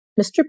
Mr